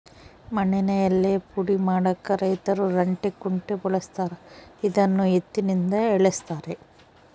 ಮಣ್ಣಿನ ಯಳ್ಳೇ ಪುಡಿ ಮಾಡಾಕ ರೈತರು ರಂಟೆ ಕುಂಟೆ ಬಳಸ್ತಾರ ಇದನ್ನು ಎತ್ತಿನಿಂದ ಎಳೆಸ್ತಾರೆ